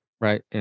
right